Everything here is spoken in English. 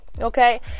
Okay